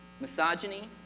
misogyny